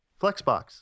Flexbox